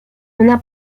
una